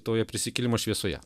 toje prisikėlimo šviesoje